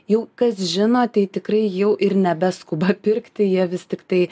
jau kas žino tai tikrai jau ir nebeskuba pirkti jie vis tiktai